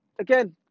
again